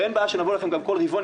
ואין בעיה שנבוא אליכם גם כל רבעון.